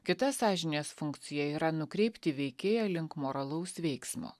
kita sąžinės funkcija yra nukreipti veikėją link moralaus veiksmo